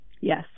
yes